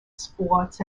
sports